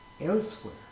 elsewhere